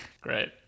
Great